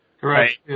Correct